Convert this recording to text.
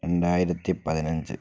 രണ്ടായിരത്തി പതിനഞ്ച്